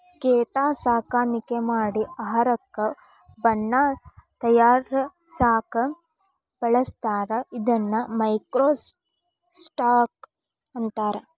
ಕೇಟಾ ಸಾಕಾಣಿಕೆ ಮಾಡಿ ಆಹಾರಕ್ಕ ಬಣ್ಣಾ ತಯಾರಸಾಕ ಬಳಸ್ತಾರ ಇದನ್ನ ಮೈಕ್ರೋ ಸ್ಟಾಕ್ ಅಂತಾರ